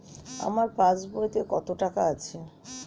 আমার পাস বইতে কত টাকা আছে?